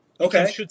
Okay